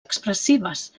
expressives